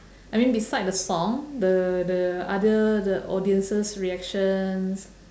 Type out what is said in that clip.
I mean beside the song the the other the audiences' reactions